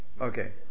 okay